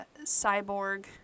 cyborg